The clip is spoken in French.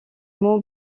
mot